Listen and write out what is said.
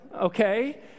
okay